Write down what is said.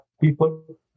people